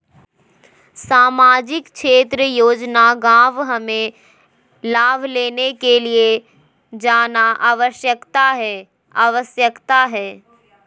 सामाजिक क्षेत्र योजना गांव हमें लाभ लेने के लिए जाना आवश्यकता है आवश्यकता है?